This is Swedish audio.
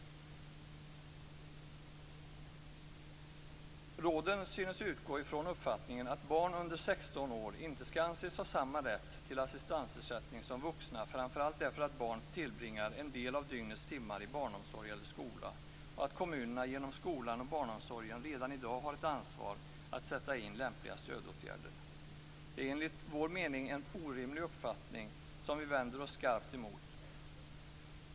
Råden synes utgå från uppfattningen att barn under 16 år inte skall anses ha samma rätt till assistansersättning som vuxna, framför allt därför att barn tillbringar en del av dygnets timmar i barnomsorg eller skola, och att kommunerna genom skolan eller barnomsorgen redan i dag har ett ansvar att sätta in lämpliga stödåtgärder. Detta är enligt vår mening en orimlig uppfattning, som vi vänder oss skarpt emot.